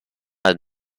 ați